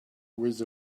with